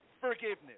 forgiveness